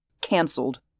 cancelled